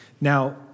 Now